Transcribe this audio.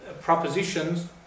propositions